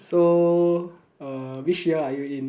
so uh which year are you in